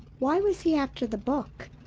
why was he after the book?